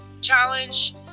Challenge